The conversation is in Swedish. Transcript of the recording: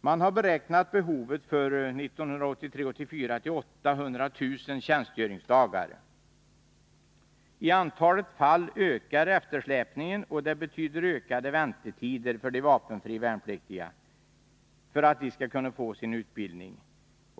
Man har beräknat behovet för 1983/84 till 800 000 tjänstgöringsdagar. I annat fall ökar eftersläpningen, och det betyder ökade väntetider för de vapenfria värnpliktiga innan de kan få sin utbildning.